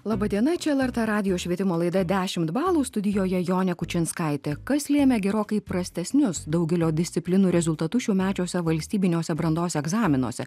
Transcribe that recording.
laba diena čia lrt radijo švietimo laida dešimt balų studijoje jonė kučinskaitė kas lėmė gerokai prastesnius daugelio disciplinų rezultatus šiųmečiuose valstybiniuose brandos egzaminuose